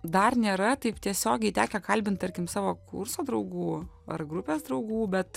dar nėra taip tiesiogiai tekę kalbint tarkim savo kurso draugų ar grupės draugų bet